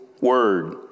word